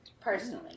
Personally